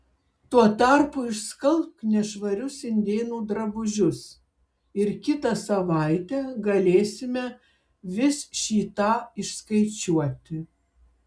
tuo tarpu išskalbk nešvarius indėnų drabužius ir kitą savaitę galėsime vis šį tą išskaičiuoti